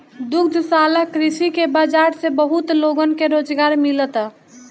दुग्धशाला कृषि के बाजार से बहुत लोगन के रोजगार मिलता